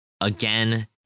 Again